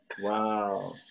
Wow